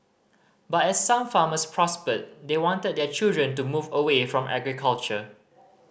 but as some farmers prospered they wanted their children to move away from agriculture